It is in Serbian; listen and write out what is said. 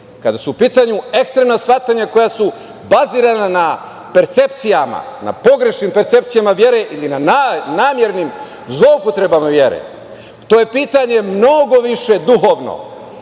kada su u pitanju ekstremna shvatanja koja su bazirana na percepcijama, na pogrešnim percepcijama vere ili na namernim zloupotrebama vere. To je pitanje mnogo više duhovno.